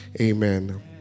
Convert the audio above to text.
Amen